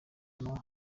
naho